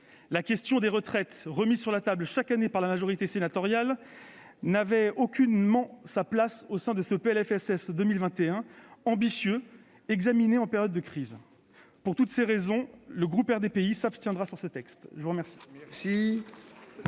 la question des retraites, remise chaque année sur la table par la majorité sénatoriale, n'avait aucunement sa place au sein de ce PLFSS 2021 ambitieux, examiné en période de crise. Pour toutes ces raisons, le groupe RDPI s'abstiendra sur ce texte. La parole